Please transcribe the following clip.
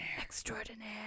extraordinaire